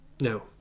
no